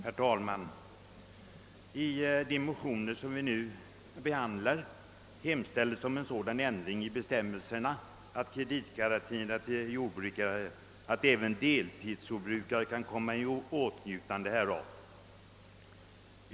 Herr talman! I de motioner som vi nu behandlar hemställs om sådan ändring i bestämmelserna angående kreditgaranti till jordbrukare att även deltidsjordbrukare kan komma i åtnjutande av sådan garanti.